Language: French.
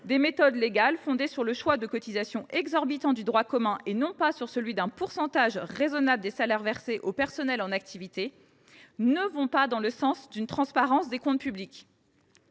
des méthodes légales, fondées sur le choix de taux de cotisation exorbitants du droit commun et non pas sur celui “d’un pourcentage raisonnable des salaires versés aux personnels en activité”, ne vont donc pas dans le sens d’une transparence des comptes publics.